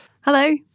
Hello